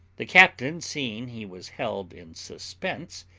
the captain seeing he was held in suspense,